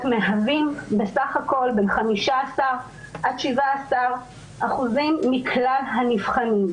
מהווים בסך הכול 15% עד 17% מכלל הנבחנים.